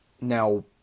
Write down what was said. Now